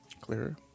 clearer